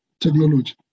technology